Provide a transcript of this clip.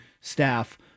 staff